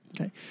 Okay